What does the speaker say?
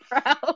proud